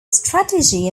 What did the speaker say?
strategy